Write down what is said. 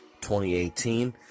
2018